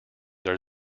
are